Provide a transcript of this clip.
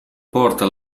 porta